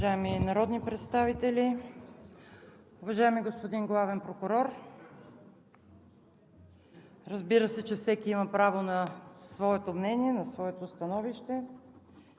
Уважаеми народни представители, уважаеми господин Главен прокурор! Разбира се, че всеки има право на своето мнение, на своето становище,